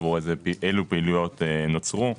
עבור אילו פעילויות נוצרו.